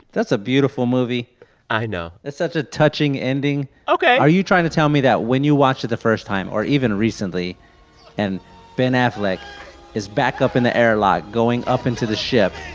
that's a beautiful movie i know that's such a touching ending ok are you trying to tell me that, when you watched it the first time or even recently and ben affleck is back up in the airlock going up into the ship,